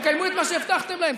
תקיימו את מה שהבטחתם להם.